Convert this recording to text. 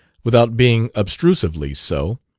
without being obtrusively so,